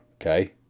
Okay